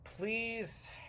Please